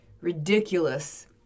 ridiculous